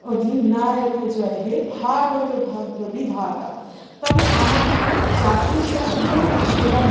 অধিনায়ক জয় হে ভারত ভাগ্য বিধাতা তাহলে আমাদের জাতীয় সঙ্গীতও সেটা